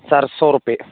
sir सौ रुपये